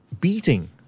beating